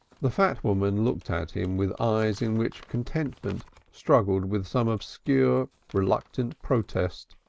the fat woman looked at him with eyes in which contentment struggled with some obscure reluctant protest,